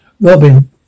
Robin